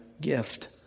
gift